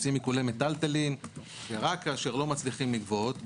עושים עיקולי מיטלטלין ורק כאשר לא מצליחים לגבות,